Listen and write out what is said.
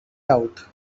doubt